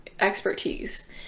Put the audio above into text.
expertise